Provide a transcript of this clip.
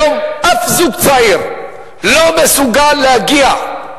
היום אף זוג צעיר לא מסוגל להגיע לדירה.